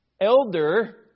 elder